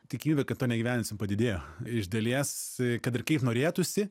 tikimybė kad to neįgyvendinsim padidėjo iš dalies kad ir kaip norėtųsi